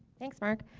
thanks mark.